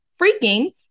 freaking